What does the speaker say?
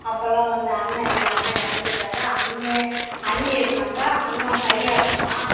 அப்போல்லாம் வந்து அண்ணன் இல்லை அண்ணன் இறந்துட்டாரு அண்ணே அண்ணி இருந்தாங்க அண்ணன் பையன் இருந்தான்